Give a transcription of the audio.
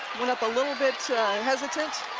went up a little bit hesitant.